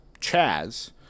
Chaz